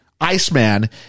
Iceman